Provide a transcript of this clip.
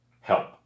help